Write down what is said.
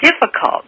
difficult